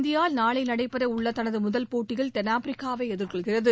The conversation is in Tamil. இந்தியா நாளை நடைபெறவுள்ள தனது முதல் போட்டியில் தென்னாப்பிரிக்காவை எதிர்கொள்கிறது